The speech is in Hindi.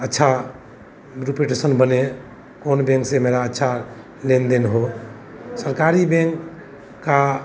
अच्छा रेपुटेसन बने कौन बेंक से मेरा अच्छा लेन देन हो सरकारी बेंक का